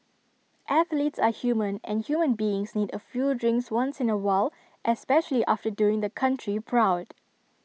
athletes are human and human beings need A few drinks once in A while especially after doing the country proud